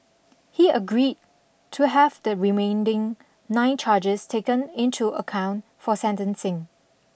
he agreed to have the remainding nine charges taken into account for sentencing